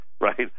right